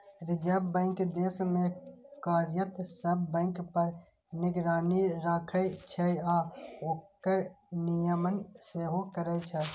reserve bank देश मे कार्यरत सब बैंक पर निगरानी राखै छै आ ओकर नियमन सेहो करै छै